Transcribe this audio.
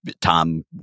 Tom